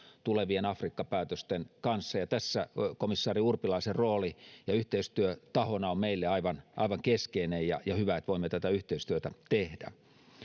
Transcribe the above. tulevien afrikka päätösten kanssa tässä komissaari urpilaisen rooli yhteistyötahona on meille aivan aivan keskeinen ja ja hyvä että voimme tätä yhteistyötä tehdä